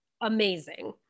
amazing